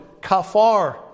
Kafar